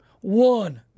one